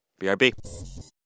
BRB